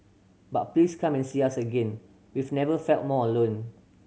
but please come and see us again we've never felt more alone